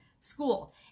school